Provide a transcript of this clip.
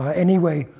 ah anyway,